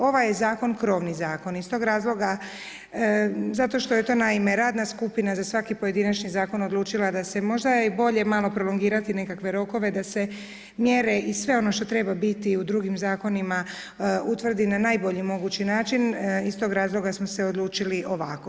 Ovaj je zakon krovni zakon i iz tog razloga zato što je naime radna skupina za svaki pojedinačni zakon odlučila da je možda i bolje malo prolongirati nekakve rokove da se mjere i sve ono što treba biti u drugim zakonima utvrdi na najbolji mogući način i iz tog razloga smo se odlučili ovako.